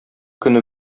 көне